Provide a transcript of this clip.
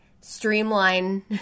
streamline